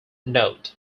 node